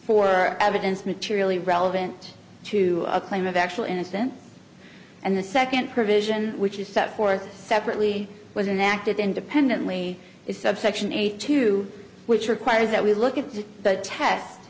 for evidence materially relevant to a claim of actual innocence and the second provision which is set forth separately was in acted independently is subsection eight to which requires that we look at the test